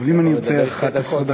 אבל אם אני ארצה 11 דקות?